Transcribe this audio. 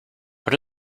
what